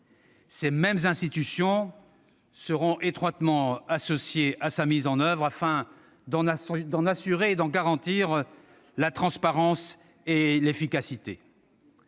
Ces mêmes institutions seront étroitement associées à la mise en oeuvre du plan, afin d'en garantir la transparence et l'efficacité.